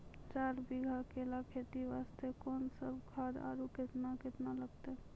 चार बीघा केला खेती वास्ते कोंन सब खाद आरु केतना केतना लगतै?